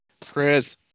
Chris